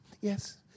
yes